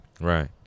Right